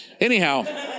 Anyhow